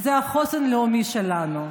זה החוסן הלאומי שלנו.